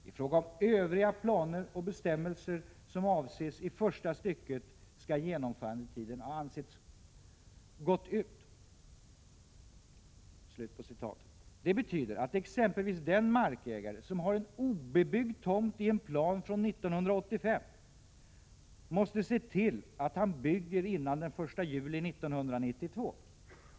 I fråga om övriga planer och bestämmelser som avses i första stycket skall genomförandetiden anses ha gått ut.” Det betyder att exempelvis den markägare som har en obebyggd tomt i en plan från 1985 måste se till att han bygger innan den 1 juli 1992.